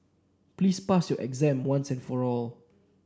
please pass your exam once and for all